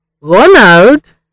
Ronald